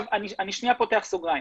עכשיו אני שנייה פותח סוגריים.